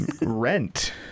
Rent